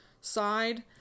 side